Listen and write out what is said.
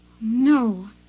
No